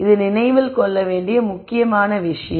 இது நினைவில் கொள்ள வேண்டிய முக்கியமான விஷயம்